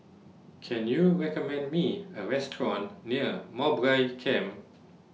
Can YOU recommend Me A Restaurant near Mowbray Camp